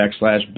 backslash